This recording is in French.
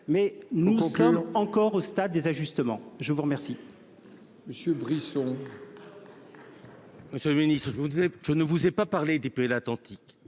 mais nous. Encore au stade des ajustements. Je vous remercie.